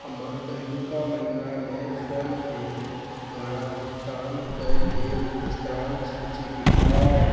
हमर पहिलुका महिना मे फोन पे द्वारा भुगतान कयल गेल रेस्तरांक सूची देखाउ